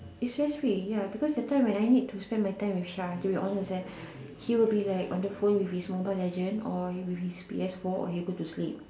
is just sweet because that time when I need to spend my time with Sha to be honest leh he will be like on the phone with his mobile legend or with his P_S four or he will go to sleep